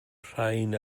rhain